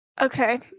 Okay